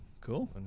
Cool